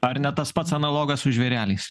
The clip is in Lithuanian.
ar ne tas pats analogas su žvėreliais